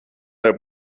der